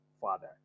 father